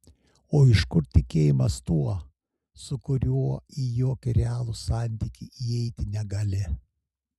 o iš kur tikėjimas tuo su kuriuo į jokį realų santykį įeiti negali